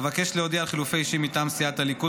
אבקש להודיע על חילופי אישים מטעם סיעת הליכוד